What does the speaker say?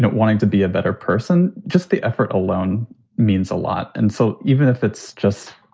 but wanting to be a better person. just the effort alone means a lot. and so even if it's just